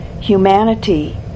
Humanity